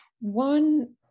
one